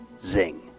zing